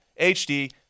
HD